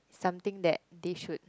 something that they should